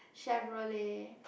Chevrolet